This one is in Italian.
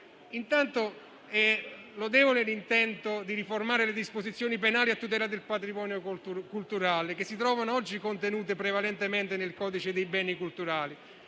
Intanto è lodevole l'intento di riformare le disposizioni penali a tutela del patrimonio culturale, che si trovano oggi contenute prevalentemente nel codice dei beni culturali.